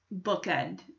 bookend